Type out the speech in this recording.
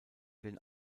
den